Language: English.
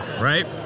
Right